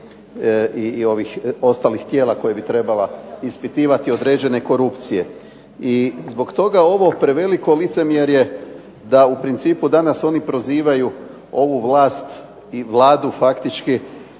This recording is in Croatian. i ovih ostalih tijela koja bi trebala ispitivati određene korupcije. I zbog toga ovo preveliko licemjerje da u principu danas oni prozivaju ovu vlast i Vladu faktički